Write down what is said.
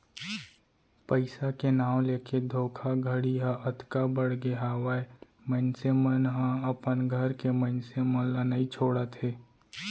पइसा के नांव लेके धोखाघड़ी ह अतका बड़गे हावय मनसे मन ह अपन घर के मनसे मन ल नइ छोड़त हे